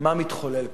מה מתחולל כאן.